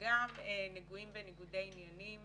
וגם נגועים בניגודי עניינים